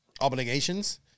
Obligations